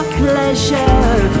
pleasure